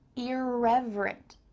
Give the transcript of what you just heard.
irreverent,